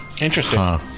Interesting